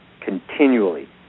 continually